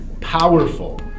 powerful